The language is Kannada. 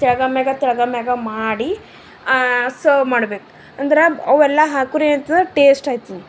ತೆಳ್ಳಗ ಮ್ಯಾಗ ತೆಳ್ಳಗ ಮ್ಯಾಗ ಮಾಡಿ ಸರ್ವ್ ಮಾಡ್ಬೇಕು ಅಂದ್ರೆ ಅವೆಲ್ಲ ಹಾಕೋರಿ ಏನಾಯ್ತದ ಟೇಸ್ಟೈತದ